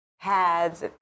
pads